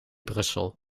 brussel